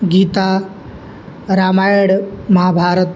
गीता रामायणम् महाभारतम्